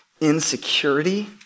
insecurity